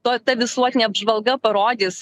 ta ta visuotinė apžvalga parodys